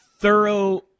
Thorough